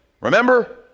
Remember